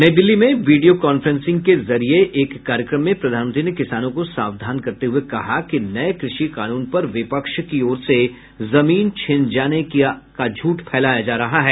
नई दिल्ली से video conferencing के जरिये एक कार्यक्रम में प्रधानमंत्री ने किसानों को सावधान करते हुये कहा कि नये कृषि कानून पर विपक्ष की ओर से जमीन छिन जाने की झूठ फैलाये जा रहे हैं